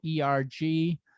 ERG